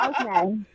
Okay